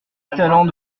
talent